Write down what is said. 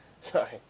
Sorry